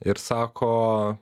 ir sako